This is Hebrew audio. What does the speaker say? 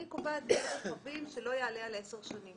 אני קובעת שהוא לא יעלה על 10 שנים.